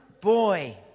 boy